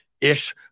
ish